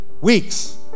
weeks